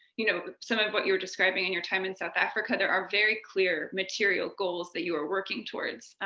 you know, some of what you're describing in your time in south africa, there are very clear material goals that you are working towards,